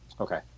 Okay